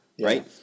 Right